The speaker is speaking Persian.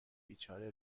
بیچاره